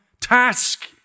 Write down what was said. task